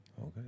Okay